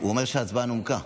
הוא אומר שההצעה נומקה.